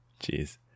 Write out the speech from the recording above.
Jeez